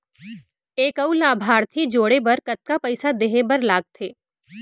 एक अऊ लाभार्थी जोड़े बर कतका पइसा देहे बर लागथे?